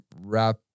wrap